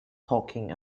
talking